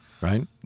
Right